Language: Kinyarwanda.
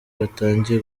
batangiye